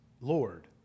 Lord